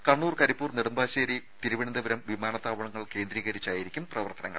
കണ്ണൂർ കരിപ്പൂർ നെടുമ്പാശ്ശേരി തിരുവനന്തപുരം വിമാനത്താവളങ്ങൾ കേന്ദ്രീകരിച്ചായിരിക്കും പ്രവർത്തനങ്ങൾ